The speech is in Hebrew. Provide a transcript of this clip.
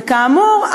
וכאמור,